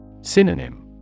Synonym